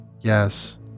yes